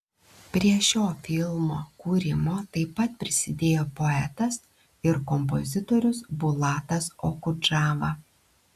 prie šio filmo kūrimo taip pat prisidėjo poetas ir kompozitorius bulatas okudžava